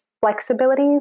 flexibility